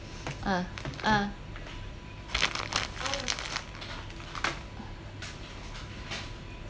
ah ah